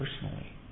personally